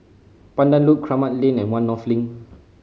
Pandan Loop Kramat Lane and One North Link